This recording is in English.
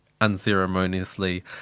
unceremoniously